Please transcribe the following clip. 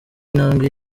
intambwe